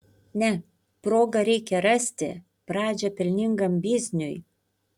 ne progą reikia rasti pradžią pelningam bizniui